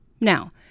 Now